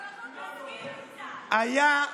היה,